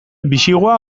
bisigua